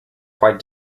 quite